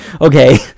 Okay